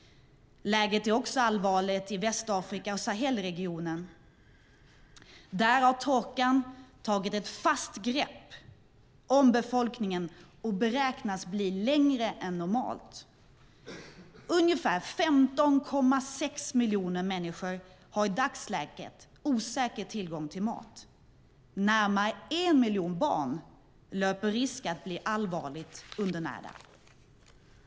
Läget är också allvarligt i Västafrika och Sahelregionen. Där har torkan tagit ett fast grepp om befolkningen och beräknas bli mer långvarig än normalt. Ungefär 15,6 miljoner människor har i dagsläget osäker tillgång till mat. Närmare en miljon barn löper risk att bli allvarligt undernärda.